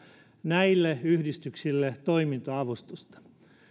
näille yhdistyksille toiminta avustusta